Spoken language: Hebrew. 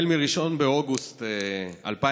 ב-1 באוגוסט 2020